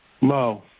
Mo